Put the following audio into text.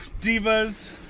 divas